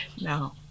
no